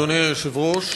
אדוני היושב-ראש,